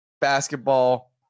basketball